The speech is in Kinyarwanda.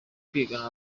kwigana